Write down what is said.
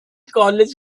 college